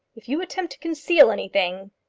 if you attempt to conceal anything,